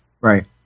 Right